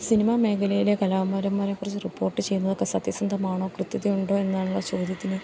cinema മേഖലയിലെ കലാകാരന്മാരെക്കുറിച്ച് report ചെയ്യുന്നതൊക്കെ സത്യസന്ധമാണോ കൃത്യത ഉണ്ടോ എന്നുള്ള ചോദ്യത്തിന്